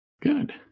Good